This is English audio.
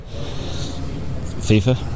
FIFA